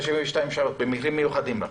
ראש השירות, אפשר באותו מונח.